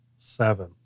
Seven